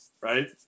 right